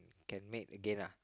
can made again lah